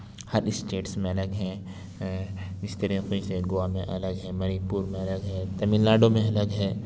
ہر states میں الگ ہیں اس طریقے سے گوا میں الگ ہے منی پور میں الگ ہے تمل ناڈو میں الگ ہے